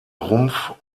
rumpf